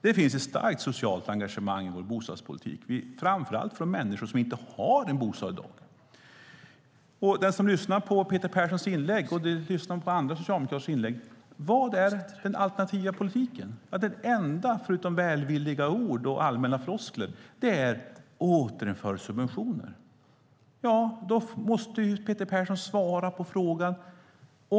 Det finns ett starkt socialt engagemang i vår bostadspolitik, framför allt för de människor som inte har en bostad i dag. Den som lyssnar på Peter Perssons inlägg och på andra socialdemokraters inlägg kan undra: Vad är den alternativa politiken? Ja, det enda förutom välvilliga ord och allmänna floskler är att man ska återinföra subventioner. Då måste Peter Persson svara på en fråga.